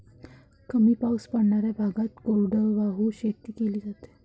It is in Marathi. कमी पाऊस पडणाऱ्या भागात कोरडवाहू शेती केली जाते